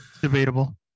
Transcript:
debatable